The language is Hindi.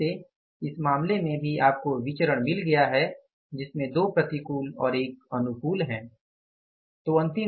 तो फिर से इस मामले में भी आपको विचरण मिल गया हैं जिसमे दो प्रतिकूल और एक अनुकूल है